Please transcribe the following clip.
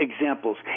examples